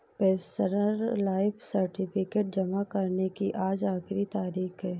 pensioner life certificate जमा करने की आज आखिरी तारीख है